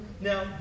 Now